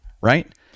Right